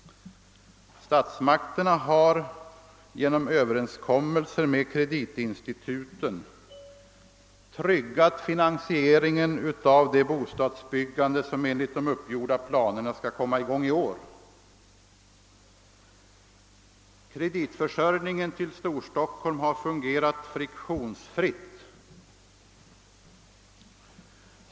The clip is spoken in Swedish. Statsmakterna har genom överenskommelser med kreditinstituten tryggat finansieringen av det bostadsbyggande som enligt de uppgjorda planerna skall igångsättas i år. Kreditförsörjningen till Storstockholm har fungerat friktionsfritt.